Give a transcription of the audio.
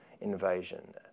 invasion